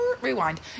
Rewind